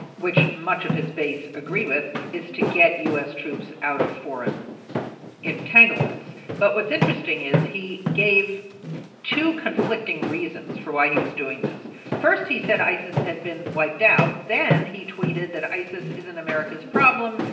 which much of his base agree with, is to get u s. troops out of foreign entanglements. but what's interesting is he gave two conflicting reasons for why he was doing this. first, he said isis had been wiped out. then he tweeted that isis isn't america's problem.